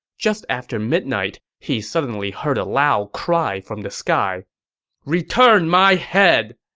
just after midnight, he suddenly heard a loud cry from the sky return my head!